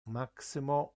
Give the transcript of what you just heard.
maximo